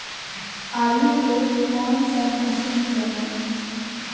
आलू को कौन सा मौसम में लगाए?